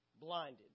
Blinded